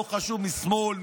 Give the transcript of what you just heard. לא חשוב משמאל,